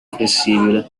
flessibile